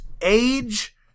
age